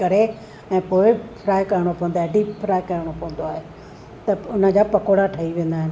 करे ऐं पोइ फ्राए करणो पवंदो आहे डीप फ्राए करणो पवंदो आहे त उनजा पकोड़ा ठही वेंदा आहिनि